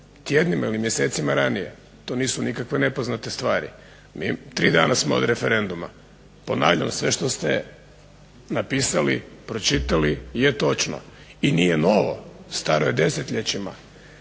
tjednima ili mjesecima ranije. To nisu neke nepoznate stvari. Tri dana smo od referenduma. Ponavljam sve što ste napisali, pročitali je točno i nije novo, staro je desetljećima.